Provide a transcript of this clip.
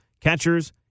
Catchers